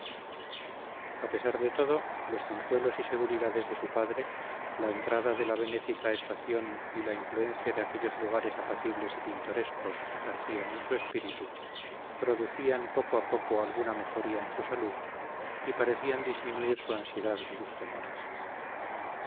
a pesar de todo los consuelos y seguridades de su padre la entrada de la benéfica estación y la influencia que aquellos lugares apacibles y pintorescos ejercían en su espíritu producían poco a poco alguna mejoría en su salud y parecían disminuir su ansiedad y sus temores